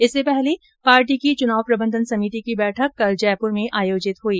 इससे पहले पार्टी की चुनाव प्रबंधन सभिति की बैठक कल जयपुर में आयोजित हुई